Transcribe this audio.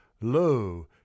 lo